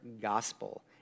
gospel